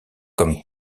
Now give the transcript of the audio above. comme